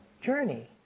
journey